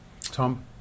Tom